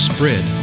Spread